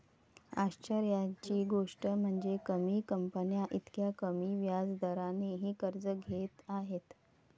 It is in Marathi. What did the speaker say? आश्चर्याची गोष्ट म्हणजे, कमी कंपन्या इतक्या कमी व्याज दरानेही कर्ज घेत आहेत